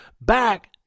back